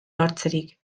lortzerik